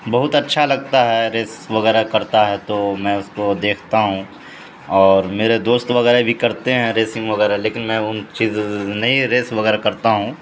بہت اچھا لگتا ہے ریس وغیرہ کرتا ہے تو میں اس کو دیکھتا ہوں اور میرے دوست وغیرہ بھی کرتے ہیں ریسنگ وغیرہ لیکن میں ان چیز نہیں ریس وغیرہ کرتا ہوں